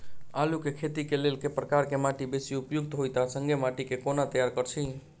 आलु केँ खेती केँ लेल केँ प्रकार केँ माटि बेसी उपयुक्त होइत आ संगे माटि केँ कोना तैयार करऽ छी?